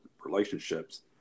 relationships